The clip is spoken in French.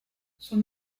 son